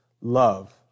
love